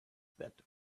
that